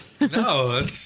No